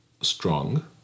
strong